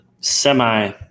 semi